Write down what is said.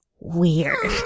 weird